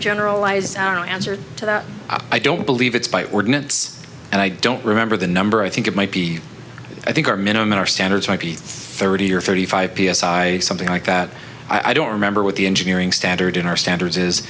generalize our answer to that i don't believe it's by ordinance and i don't remember the number i think it might be i think our minimum standards might be thirty or thirty five p s i i something like that i don't remember with the engineering standard in our standards is